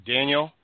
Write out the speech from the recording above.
Daniel